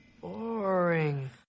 boring